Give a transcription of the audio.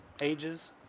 ages